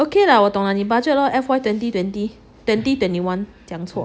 okay lah 我懂了你 budget lor F_Y twenty twenty twenty twenty one 讲错